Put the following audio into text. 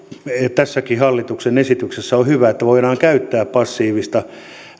tässäkin hallituksen esityksessä on on hyvä että voidaan käyttää passiivista